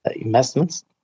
investments